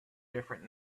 different